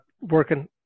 working